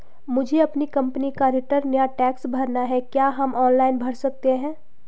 मुझे अपनी कंपनी का रिटर्न या टैक्स भरना है क्या हम ऑनलाइन भर सकते हैं?